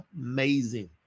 amazing